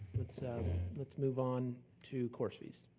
let's um let's move on to course fees.